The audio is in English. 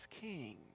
King